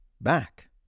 back